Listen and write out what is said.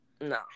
no